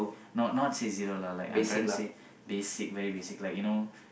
not not say zero lah like I'm trying to say basic very basic like you know